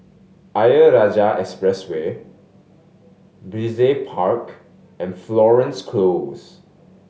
Ayer Rajah Expressway Brizay Park and Florence Close